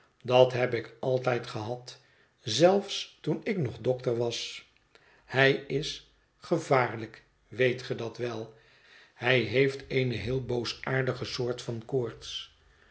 dat heb ik altijd gehad zelfs toen ik nog dokter was hij is gevaarlijk weet ge dat wel hij heeft eene heel boosaardige soort van koorts